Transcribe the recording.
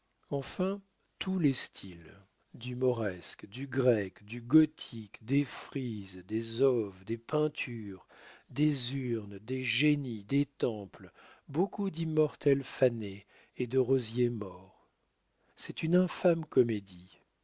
enfin tous les styles du mauresque du grec du gothique des frises des oves des peintures des urnes des génies des temples beaucoup d'immortelles fanées et de rosiers morts c'est une infâme comédie